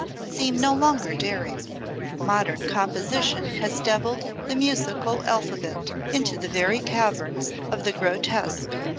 seem no longer daring modern composition has devilled the musical alphabet into the very caverns of the grotesque,